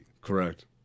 correct